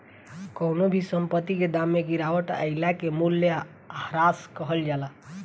कवनो भी संपत्ति के दाम में गिरावट आइला के मूल्यह्रास कहल जाला